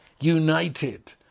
united